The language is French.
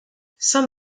saint